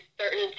certain